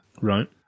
Right